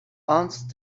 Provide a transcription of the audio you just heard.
answered